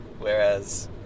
Whereas